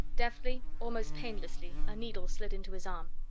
deftly, almost painlessly, a needle slid into his arm.